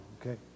okay